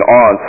on